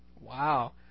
Wow